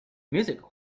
music